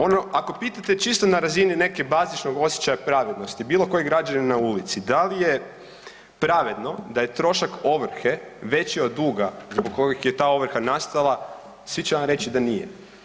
Ono, ako pitate čisto na razini neke bazičnog osjećaja pravednosti bilo kojeg građanina na ulici da li je pravedno da je trošak ovrhe veći od duga zbog kojeg je ta ovrha nastala, svi će vam reći da nije.